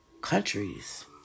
countries